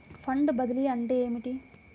Fund బదిలీ అంటే ఏమిటి?